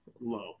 low